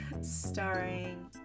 starring